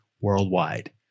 worldwide